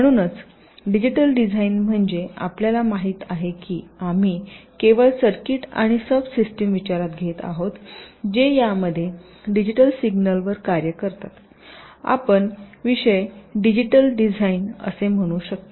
म्हणूनच digital design म्हणजे आपल्याला माहित आहे की आम्ही केवळ सर्किट आणि सब सिस्टिम विचारात घेत आहोत जे यामध्ये डिजिटल सिग्नलवर कार्य करतात आपण विषय डिजिटल डिझाईन असे म्हणू शकता